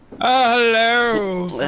Hello